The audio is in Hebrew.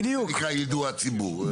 זה נקרא יידוע הציבור.